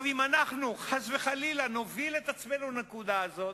אם אנחנו, חס וחלילה, נוביל את עצמנו לנקודה הזאת,